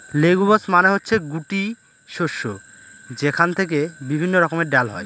legumes মানে হচ্ছে গুটি শস্য যেখান থেকে বিভিন্ন রকমের ডাল হয়